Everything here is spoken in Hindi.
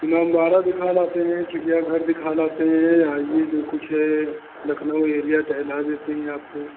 इमामबाड़ा दिखा लाते हैं चिड़ियाघर दिखा लाते हैं आइये जो कुछ है लखनऊ एरिया टहला देते हैं आपको